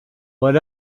what